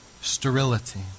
Sterility